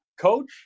Coach